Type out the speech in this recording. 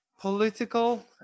political